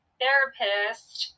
therapist